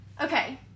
Okay